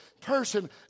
person